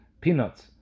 peanuts